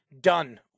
Done